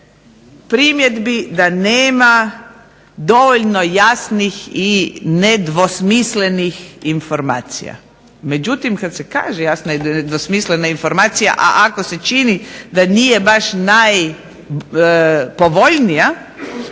primjedbi da nema dovoljno jasnih i nedvosmislenih informacija. Međutim, kad se kaže jasna i nedvosmislena informacija, a ako se čini da nije baš najpovoljnija